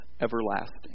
everlasting